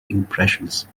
impressions